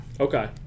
Okay